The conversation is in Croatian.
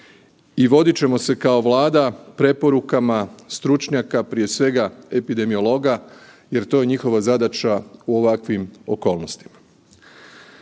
I vodit ćemo se kao Vlada preporukama stručnjaka, prije svega epidemiologa jer to je njihova zadaća u ovakvim okolnostima.